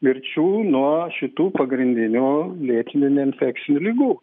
mirčių nuo šitų pagrindinių lėtinių neinfekcinių ligų